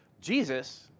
Jesus